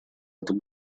этом